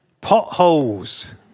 potholes